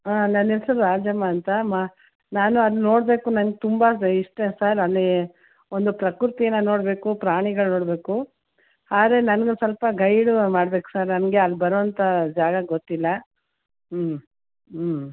ಹಾಂ ನನ್ನ ಹೆಸರು ರಾಜಮ್ಮ ಅಂತ ಮ ನಾನು ಅದು ನೋಡಬೇಕು ನನಗೆ ತುಂಬ ಇಷ್ಟ ಸರ್ ಅಲ್ಲಿ ಒಂದು ಪ್ರಕೃತಿಯನ್ನು ನೋಡಬೇಕು ಪ್ರಾಣಿಗಳು ನೋಡಬೇಕು ಆದರೆ ನನಗೆ ಸ್ವಲ್ಪ ಗೈಡ್ ಮಾಡಬೇಕು ಸರ್ ನನಗೆ ಅಲ್ಲಿ ಬರುವಂಥ ಜಾಗ ಗೊತ್ತಿಲ್ಲ ಹ್ಞೂ ಹ್ಞೂ